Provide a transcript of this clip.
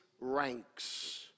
ranks